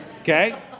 Okay